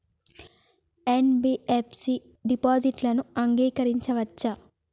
NBFC డిపాజిట్లను అంగీకరించవచ్చా?